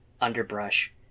underbrush